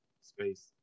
space